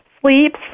sleeps